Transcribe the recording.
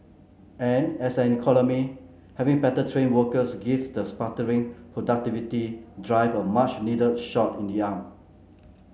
and as an economy having better trained workers gives the sputtering productivity drive a much needed shot in the arm